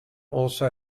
also